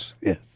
Yes